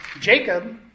Jacob